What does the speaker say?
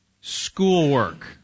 schoolwork